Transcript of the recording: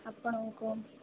ଆପଣଙ୍କ